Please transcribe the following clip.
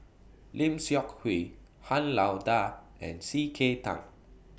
Lim Seok Hui Han Lao DA and C K Tang